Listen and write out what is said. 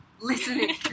listening